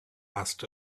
asked